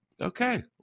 okay